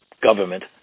government